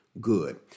good